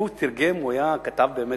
הוא כתב בעברית,